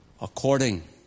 according